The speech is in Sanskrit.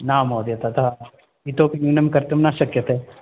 न महोदय ततः इतोपि न्यूनं कर्तुं न शक्यते